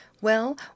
Well